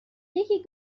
یکی